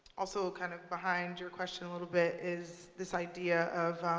also ah kind of behind your question a little bit is this idea of